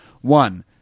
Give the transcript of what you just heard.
One